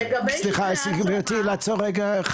סליחה גברתי, לעצור רגע.